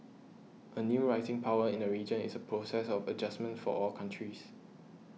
a new rising power in the region is a process of adjustment for all countries